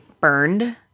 burned